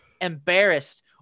embarrassed